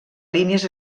línies